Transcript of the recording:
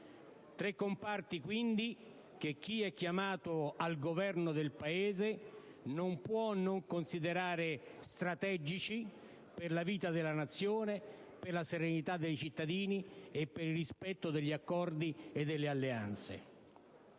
Tre comparti, quindi, che chi è chiamato al governo del Paese non può non considerare strategici per la vita della Nazione, per la serenità dei cittadini e per il rispetto degli accordi e delle alleanze.